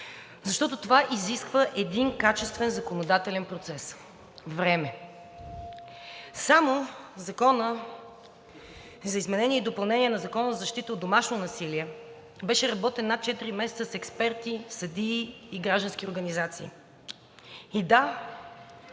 Защото това изисква един качествен законодателен процес време. Само Законопроектът за изменение и допълнение на Закона за защита от домашно насилие беше работен над 4 месеца с експерти, съдии и граждански организации. И, да,